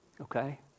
Okay